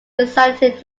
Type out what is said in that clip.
designated